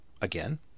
again